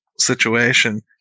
situation